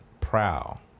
prowl